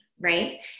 right